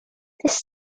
this